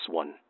one